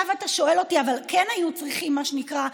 מה שנקרא.